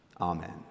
Amen